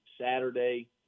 Saturday